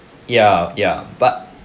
ya ya but